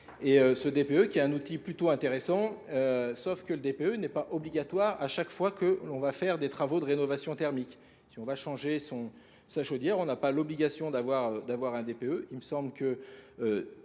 Et ce DPE qui est un outil plutôt intéressant, sauf que le DPE n'est pas obligatoire à chaque fois que l'on va faire des travaux de rénovation thermique. Si on va changer sa chaudière, on n'a pas l'obligation d'avoir un DPE. Il me semble que